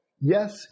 Yes